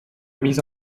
mise